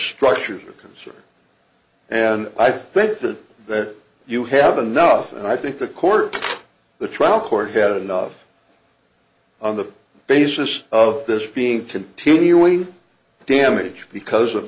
structures are concerned and i think that that you have enough and i think the court the trial court had enough on the basis of this being continuing damage because of